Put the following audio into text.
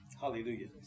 Hallelujah